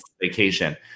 vacation